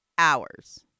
Hours